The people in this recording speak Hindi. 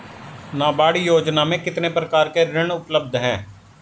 नाबार्ड योजना में कितने प्रकार के ऋण उपलब्ध हैं?